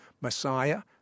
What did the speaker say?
Messiah